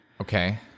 okay